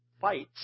fights